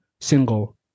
single